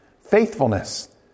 faithfulness